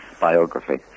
biography